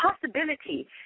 possibility